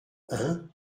hein